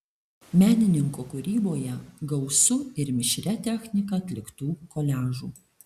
menininko kūryboje gausu ir mišria technika atliktų koliažų